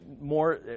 more